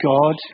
God